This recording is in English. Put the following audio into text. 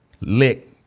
lick